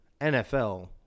NFL